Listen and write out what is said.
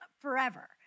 forever